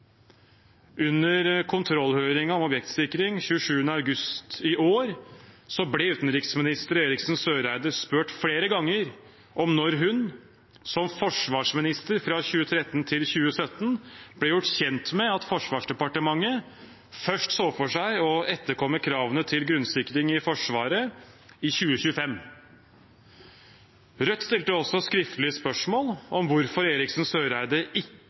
Under kontrollhøringen om objektsikring 27. august i år ble utenriksminister Eriksen Søreide spurt flere ganger om når hun, som forsvarsminister fra 2013 til 2017, ble gjort kjent med at Forsvarsdepartementet først så for seg å etterkomme kravene til grunnsikring i Forsvaret i 2025. Rødt stilte også skriftlig spørsmål om hvorfor Eriksen Søreide ikke informerte Stortinget om dette enorme etterslepet. I